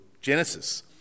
Genesis